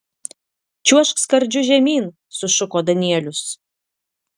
čiuožk skardžiu žemyn sušuko danielius